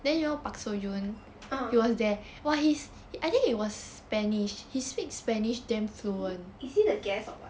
ah is he the guest or what